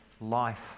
life